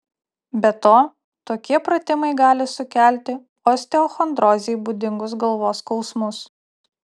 be to tokie pratimai gali sukelti osteochondrozei būdingus galvos skausmus